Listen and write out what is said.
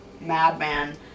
madman